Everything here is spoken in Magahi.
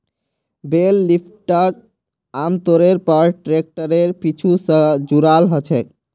बेल लिफ्टर आमतौरेर पर ट्रैक्टरेर पीछू स जुराल ह छेक